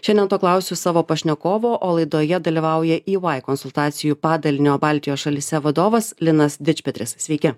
šiandien to klausiu savo pašnekovo o laidoje dalyvauja y vai konsultacijų padalinio baltijos šalyse vadovas linas dičpetris sveiki